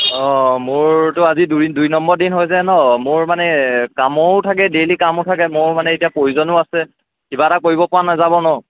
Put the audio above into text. অঁ মোৰতো আজি দুই দুই নম্বৰ দিন হৈছে ন মোৰ মানে কামো থাকে ডেইলি কামো থাকে মোৰ মানে এতিয়া প্ৰয়োজনো আছে কিবা এটা কৰিব পৰা নাযাব ন